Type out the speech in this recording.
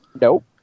Nope